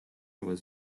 was